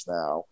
now